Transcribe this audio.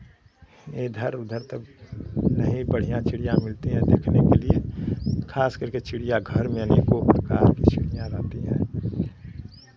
इधर उधर तो नहीं बढ़ियाँ चिड़िया मिलती हैं देखने के लिये खास कर के चिड़ियाघर में अनेकों प्रकार की चिड़िया रहती है